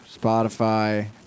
Spotify